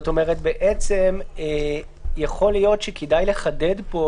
בעצם יכול להיות שכדאי לחדד פה